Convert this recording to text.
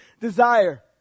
desire